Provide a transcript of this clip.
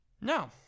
No